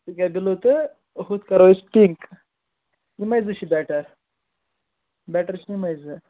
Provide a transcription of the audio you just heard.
سکاے blue تہٕ ہُتھ کَرو أسۍ پِنٛک یِمَے زٕ چھِ بیٚٹر بیٚٹر چھِ یِمَے زٕ